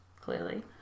clearly